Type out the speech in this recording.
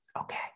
Okay